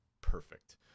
perfect